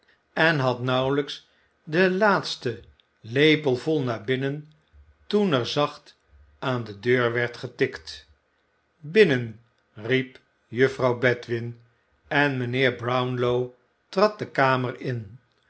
en had nauwelijks den laatsten lepelvol naar binnen toen er zacht aan de deur werd getikt binnen riep juffrouw bedwin en mijnheer brownlow trad de kamer in